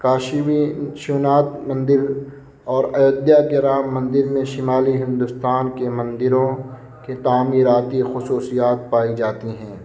کاشمی وشوناتھ مندر اور ایودھیا کے رام مندر میں شمالی ہندوستان کی مندروں کی تعمیراتی خصوصیات پائی جاتی ہیں